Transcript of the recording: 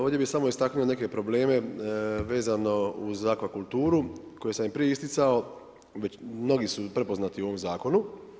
Ovdje bi samo istaknuto neke probleme, vezano uz akvakulturu, koje sam i prije isticao, mnogi su prepoznati u ovom zakonu.